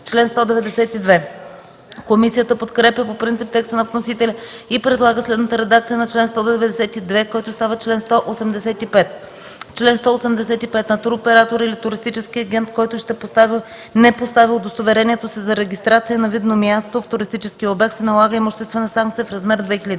1000 лв.” Комисията подкрепя по принцип текста на вносителя и предлага следната редакция на чл. 192, който става чл. 185: „Чл. 185. На туроператор или туристически агент, който не постави удостоверението си за регистрация на видно място в туристическия обект, се налага имуществена санкция в размер 2000